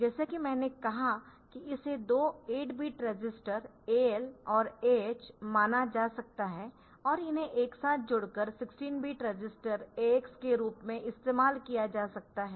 जैसा कि मैंने कहा कि इसे दो 8 बिट रजिस्टर AL और AH माना जा सकता है और इन्हें एक साथ जोड़कर 16 बिट रजिस्टर AX के रूप में इस्तेमाल किया जा सकता है